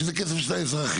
שזה כסף של האזרחים.